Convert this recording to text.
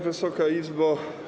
Wysoka Izbo!